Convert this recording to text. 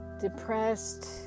depressed